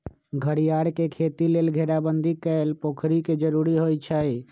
घरियार के खेती लेल घेराबंदी कएल पोखरि के जरूरी होइ छै